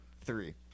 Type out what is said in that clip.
Three